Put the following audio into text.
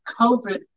COVID